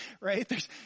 right